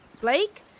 Blake